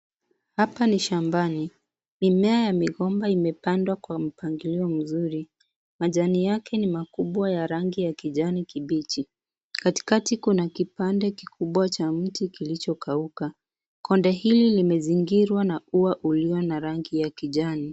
Hapa ni shambani. Mimea ya migomba imepandwa kwa mpangilio mzuri. Majani yake ni makubwa ya rangi ya kijani kibichi. Katika kuna kipande kikubwa cha mti kilichokauka. Konde hili limezingirwa na ua ulio na rangi ya kijani.